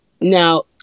Now